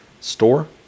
store